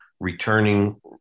Returning